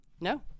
No